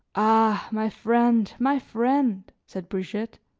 ah! my friend, my friend, said brigitte,